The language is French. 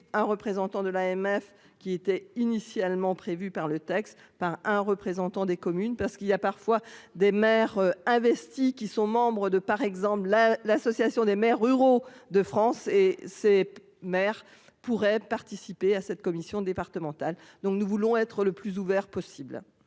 un représentant de l'AMF qui était initialement prévu par le texte par un représentant des communes parce qu'il y a parfois des maires investi qui sont membres de par exemple à l'Association des maires ruraux de France et ces maires pourraient participer à cette commission départementale. Donc nous voulons être le plus ouvert possible.--